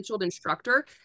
instructor